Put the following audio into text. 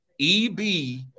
EB